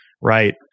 right